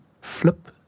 flip